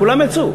כולם יצאו.